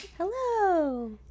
Hello